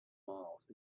miles